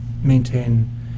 maintain